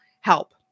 help